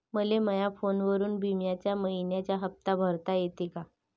मले माया फोनवरून बिम्याचा मइन्याचा हप्ता भरता येते का?